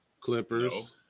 Clippers